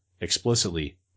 explicitly